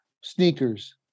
sneakers